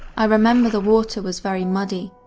i remember the water was very muddy.